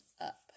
up